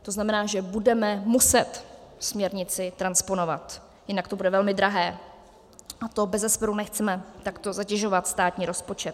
To znamená, že budeme muset směrnici transponovat, jinak to bude velmi drahé, a to bezesporu nechceme takto zatěžovat státní rozpočet.